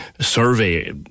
survey